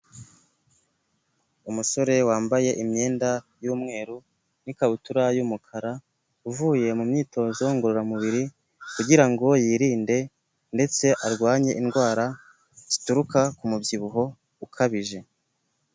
Umusore wambaye imyenda y'umweru, n'ikabutura y'umukara, uvuye mu myitozo ngororamubiri, kugira ngo yirinde, ndetse arwanye indwara zituruka ku mubyibuho ukabije.